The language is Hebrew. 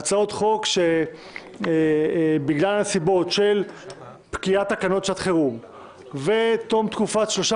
אלה הצעות שבגלל פקיעת תקנות שעת חירום ותום תקופת שלושה